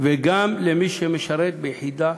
וגם למי שמשרת ביחידה